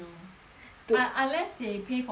but unless they pay for 她的 taxi